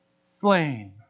slain